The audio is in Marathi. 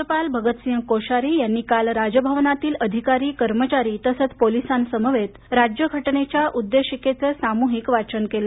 राज्यपाल भगत सिंह कोश्यारी यांनी काल राजभवनातील अधिकारी कर्मचारी तसंच पोलिसांसमवेत राज्यघटनेच्या उद्देशिकेचं सामूहिक वाचन केलं